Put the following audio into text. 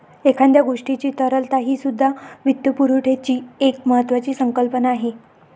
एखाद्या गोष्टीची तरलता हीसुद्धा वित्तपुरवठ्याची एक महत्त्वाची संकल्पना आहे